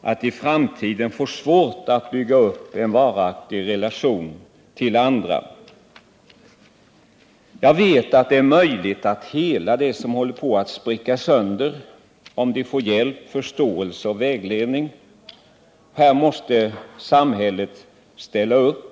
att i framtiden få det svårt att bygga upp en varaktig relation till andra. Jag vet att det är möjligt att hela det som håller på att spricka sönder, om människorna får hjälp, förståelse och vägledning. Här måste samhället ställa upp.